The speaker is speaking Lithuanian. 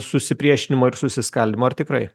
susipriešinimo ir susiskaldymo ar tikrai